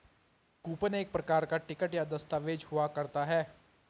coupon एक प्रकार का टिकट या दस्ताबेज हुआ करता है